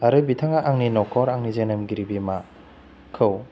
आरो बिथाङा आंनि न'खर आंनि जोनोमगिरि बिमाखौ